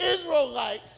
Israelites